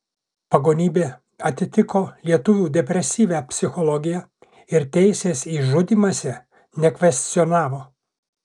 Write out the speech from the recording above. pagonybė atitiko lietuvių depresyvią psichologiją ir teisės į žudymąsi nekvestionavo